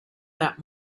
that